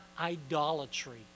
idolatry